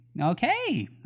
Okay